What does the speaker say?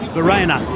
Verena